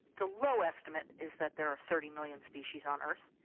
the low estimate is that there are thirty million species on earth.